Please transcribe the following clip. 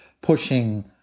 pushing